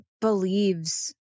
believes